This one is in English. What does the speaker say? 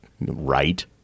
Right